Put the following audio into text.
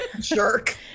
jerk